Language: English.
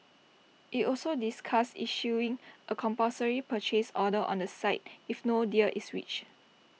IT also discussed issuing A compulsory purchase order on the site if no deal is reached